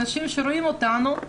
אנשים שרואים אותנו,